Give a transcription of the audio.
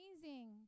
amazing